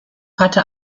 hatte